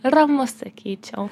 ramus sakyčiau